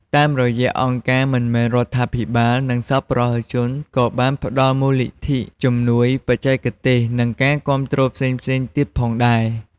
តាមរយៈអង្គការមិនមែនរដ្ឋាភិបាល និងសប្បុរសជនក៏បានផ្ដល់ មូលនិធិ ជំនួយបច្ចេកទេស និង ការគាំទ្រផ្សេងៗទៀតផងដែរ។